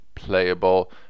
playable